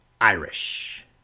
Irish